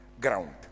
ground